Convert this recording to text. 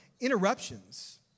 interruptions